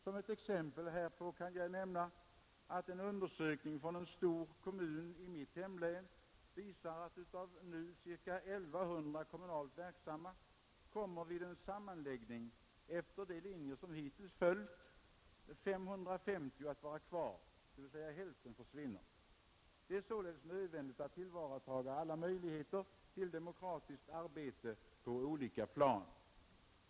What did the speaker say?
Som ett exempel härpå kan jag nämna att en undersökning från en stor kommun i mitt hemlän visar att av nu ca 1 100 kommunalt verksamma kommer vid en sammanläggning efter de linjer som hittills har följts 550 att vara kvar, dvs. hälften försvinner. Det är således nödvändigt att tillvarata alla möjligheter till demokratiskt arbete på olika plan.